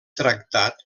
tractat